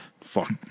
Fuck